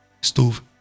stove